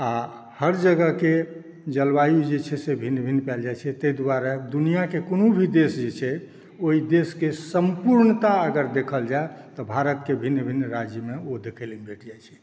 आओर हर जगहके जलवायु जे छै से भिन्न भिन्न पायल जाइत छै ताहि दुआरे दुनिआँके कोनो भी देश जे छै ओहि देशके सम्पूर्णता अगर देखल जाय तऽ भारतके भिन्न भिन्न राज्यमे ओ देखय लेल भेट जाइत छै